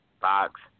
box